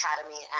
Academy